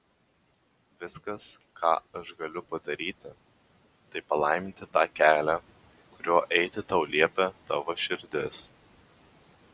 viskas ką aš galiu padaryti tai palaiminti tą kelią kuriuo eiti tau liepia tavo širdis